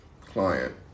client